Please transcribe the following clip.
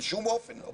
בשום אופן לא.